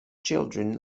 children